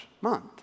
month